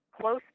close